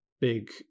big